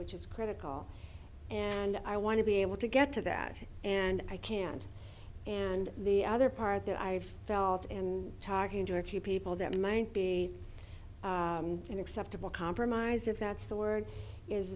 which is critical and i want to be able to get to that and i can't and the other part that i've felt and talking to a few people that might be an acceptable compromise if that's the word is